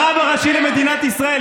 הרב הראשי למדינת ישראל,